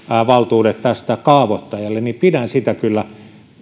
valtuudet tästä kaavoittajalle kyllä